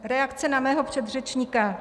Reakce na mého předřečníka.